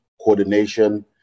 coordination